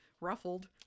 ruffled